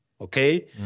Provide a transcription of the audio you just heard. okay